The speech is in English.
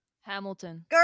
Hamilton